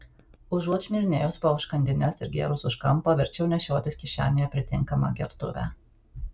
užuot šmirinėjus po užkandines ir gėrus už kampo verčiau nešiotis kišenėje pritinkamą gertuvę